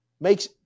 makes